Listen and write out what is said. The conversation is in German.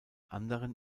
anderen